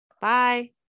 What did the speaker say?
Bye